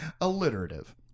alliterative